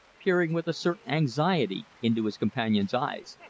peering with a certain anxiety into his companion's eyes.